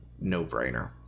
no-brainer